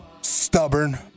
Stubborn